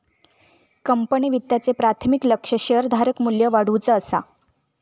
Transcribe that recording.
company वित्ताचे प्राथमिक लक्ष्य शेअरधारक मू्ल्य वाढवुचा असा